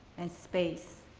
and space.